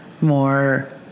more